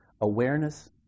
Awareness